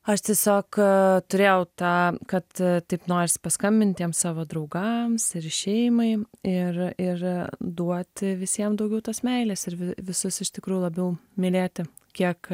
aš tiesiog turėjau tą kad taip norisi paskambint tiem savo draugams ir šeimai ir ir duoti visiem daugiau tos meilės ir visus iš tikrųjų labiau mylėti kiek